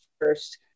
first